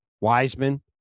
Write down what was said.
Wiseman